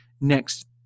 next